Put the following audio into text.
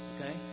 Okay